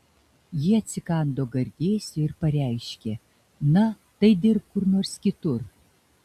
ji atsikando gardėsio ir pareiškė na tai dirbk kur nors kitur